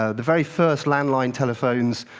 ah the very first landline telephones,